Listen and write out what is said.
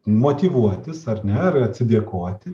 motyvuotis ar ne ar atsidėkoti